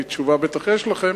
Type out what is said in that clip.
כי תשובה בטח יש לכם.